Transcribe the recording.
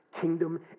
kingdom